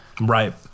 right